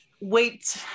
wait